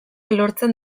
lortzen